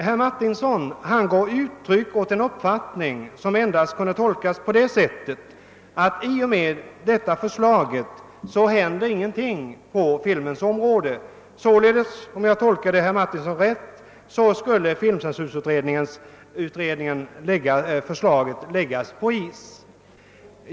Herr Martinsson gav uttryck åt den uppfattningen att det i och med detta förslag inte skulle hända någonting på filmens område. Således skulle, om jag tolkade herr Martinssons uttalande rätt, filmceensurutredningens förslag läggas på is.